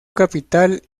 capital